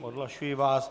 Odhlašuji vás.